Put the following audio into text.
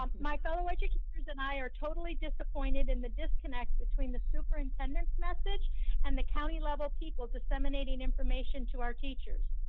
um my fellow educators and i are totally disappointed in the disconnect between the superintendent's message and the county level people disseminating information to our teachers.